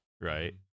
right